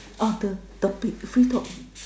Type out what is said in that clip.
ah the the pig free talk